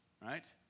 right